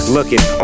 Looking